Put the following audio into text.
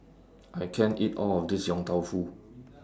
I can't eat All of This Yong Tau Foo